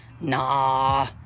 Nah